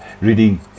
reading